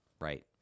right